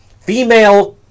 female